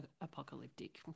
apocalyptic